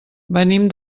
venim